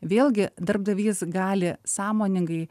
vėlgi darbdavys gali sąmoningai